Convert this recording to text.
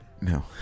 No